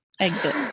Exit